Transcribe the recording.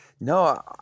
No